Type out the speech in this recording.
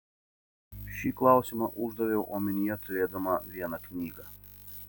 šį klausimą uždaviau omenyje turėdama vieną knygą